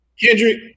Kendrick